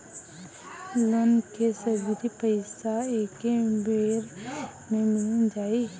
Loan के सगरी पइसा एके बेर में मिल जाई?